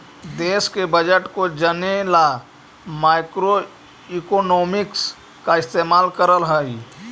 देश के बजट को जने ला मैक्रोइकॉनॉमिक्स का इस्तेमाल करल हई